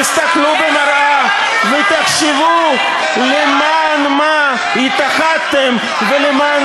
תסתכלו במראה ותחשבו למען מה התאחדתם ולמען